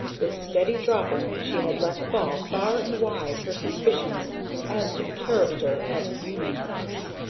with steady dropping she had let fall far and wide her suspicions as to the character of union house.